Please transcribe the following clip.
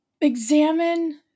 Examine